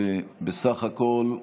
בסך הכול,